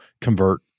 convert